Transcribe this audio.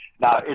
now